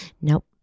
nope